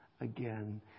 again